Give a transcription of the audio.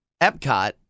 Epcot